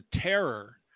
terror